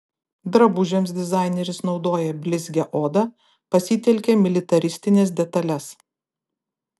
drabužiams dizaineris naudoja blizgią odą pasitelkia militaristines detales